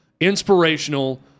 inspirational